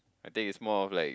I think it's more of like